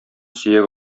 сөяк